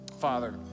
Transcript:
Father